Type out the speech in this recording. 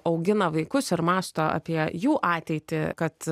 augina vaikus ir mąsto apie jų ateitį kad